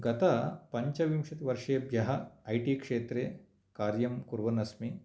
गत पञ्चविंशतिवर्षेेभ्यः I T क्षेत्रे कार्यं कुर्वन् अस्मि